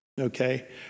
okay